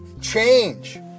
change